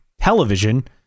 television